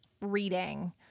reading